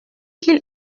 qu’il